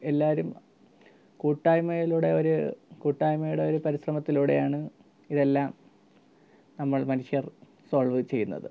എല്ലാവരും കൂട്ടായ്മയിലൂടെ ഒരു കൂട്ടായ്മയുടെ ഒരു പരിശ്രമത്തിലൂടെയാണ് ഇതെല്ലാം നമ്മൾ മനുഷ്യർ സോൾവ് ചെയ്യുന്നത്